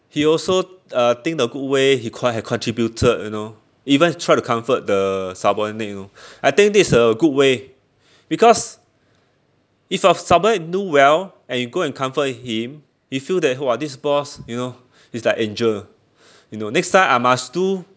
he also uh think the good way he quite he contributed you know even try to comfort the subordinate orh I think that's a good way because if your subordinate do well and you go and comfort him he feel that !wah! this boss you know is like angel you know next time I must do